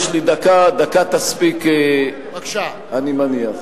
יש לי דקה ודקה תספיק, אני מניח.